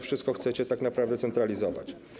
Wszystko chcecie tak naprawdę centralizować.